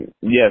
Yes